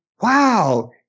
wow